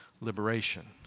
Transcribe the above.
liberation